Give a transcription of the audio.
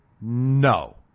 No